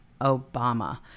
Obama